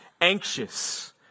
anxious